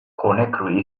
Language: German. conakry